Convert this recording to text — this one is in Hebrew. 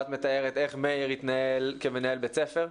את מתארת איך מאיר התנהל כמנהל בית ספר.